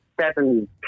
seven